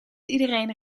iedereen